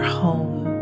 home